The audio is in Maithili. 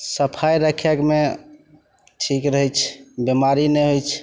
सफाइ रखयमे ठीक रहय छै बीमारी नहि होइ छै